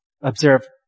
observe